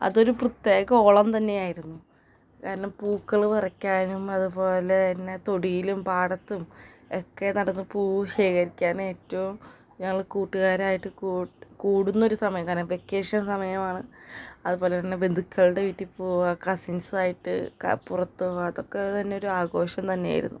അതൊരു പ്രത്യേക ഓളം തന്നെയായിരുന്നു കാരണം പൂക്കൾ പറിക്കാനും അതുപോലെ തന്നെ തൊടിയിലും പാടത്തും ഒക്കെ നടന്ന് പൂവ് ശേഖരിക്കാൻ ഏറ്റവും ഞങ്ങൾ കൂട്ടുകാരായിട്ട് കൂടുന്ന ഒരു സമയം കാരണം വെക്കേഷൻ സമയമാണ് അതുപോലെ തന്നെ ബന്ധുക്കളുടെ വീട്ടിൽ പോവുക കസിൻസും ആയിട്ട് പുറത്ത് പോവുക അതൊക്കെ തന്നെ ഒരു ആഘോഷം തന്നെയായിരുന്നു